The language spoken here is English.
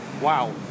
Wow